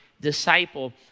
disciple